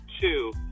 two